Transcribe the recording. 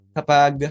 Kapag